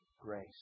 grace